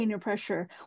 pressure